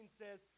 says